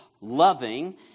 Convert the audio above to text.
loving